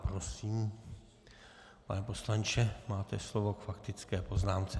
Prosím, pane poslanče, máte slovo k faktické poznámce.